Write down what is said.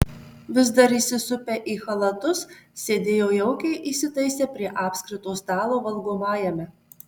vis dar įsisupę į chalatus sėdėjo jaukiai įsitaisę prie apskrito stalo valgomajame